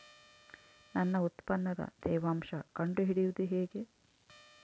ನನ್ನ ಉತ್ಪನ್ನದ ತೇವಾಂಶ ಕಂಡು ಹಿಡಿಯುವುದು ಹೇಗೆ?